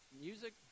music